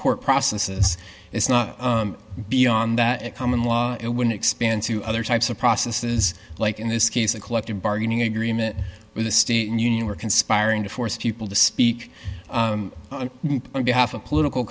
court processes it's not beyond that common law it would expand to other types of processes like in this case a collective bargaining agreement with the state and union were conspiring to force people to speak on behalf of political